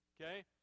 okay